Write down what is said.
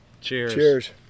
Cheers